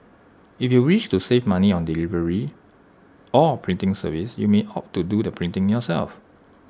if you wish to save money on delivery or printing service you may opt to do the printing yourself